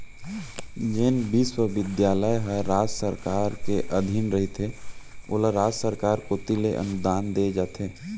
जेन बिस्वबिद्यालय ह राज सरकार के अधीन रहिथे ओला राज सरकार कोती ले अनुदान देय जाथे